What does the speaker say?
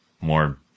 more